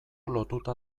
lotuta